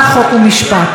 חוק ומשפט.